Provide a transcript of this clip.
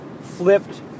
Flipped